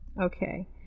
Okay